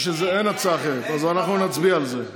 אין הצעה אחרת, אז אנחנו נצביע על זה.